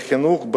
לחינוך,